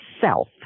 self